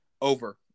Over